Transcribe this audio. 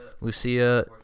Lucia